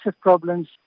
problems